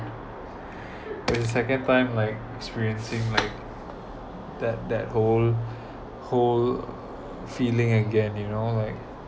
and the second time like experience like that that whole whole feeling again you know like